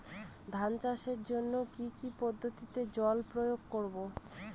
ধান চাষের জন্যে কি কী পদ্ধতিতে জল প্রয়োগ করব?